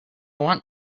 want